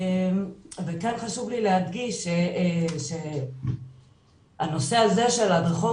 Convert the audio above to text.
וכן חשוב לי להדגיש שהנושא הזה של ההדרכות,